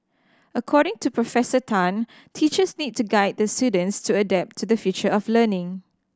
according to Professor Tan teachers need to guide their students to adapt to the future of learning